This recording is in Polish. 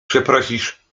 przeprosisz